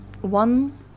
one